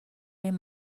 این